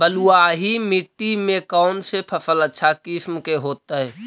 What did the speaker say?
बलुआही मिट्टी में कौन से फसल अच्छा किस्म के होतै?